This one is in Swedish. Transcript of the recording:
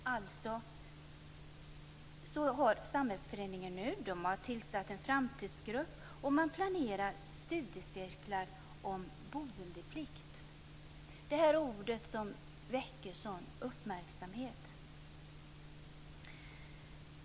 Alltså har samhällsföreningen nu tillsatt en framtidsgrupp, och man planerar studiecirklar om boendeplikt - detta ord som väcker sådan uppmärksamhet.